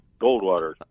Goldwater